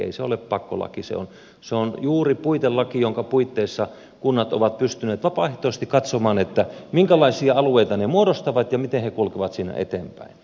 ei se ole pakkolaki se on juuri puitelaki jonka puitteissa kunnat ovat pystyneet vapaaehtoisesti katsomaan minkälaisia alueita ne muodostavat ja miten he kulkevat siinä eteenpäin